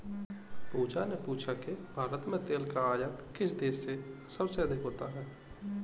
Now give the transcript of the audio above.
पूजा ने पूछा कि भारत में तेल का आयात किस देश से सबसे अधिक होता है?